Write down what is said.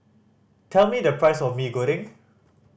tell me the price of Mee Goreng